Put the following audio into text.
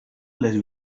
les